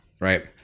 right